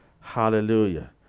hallelujah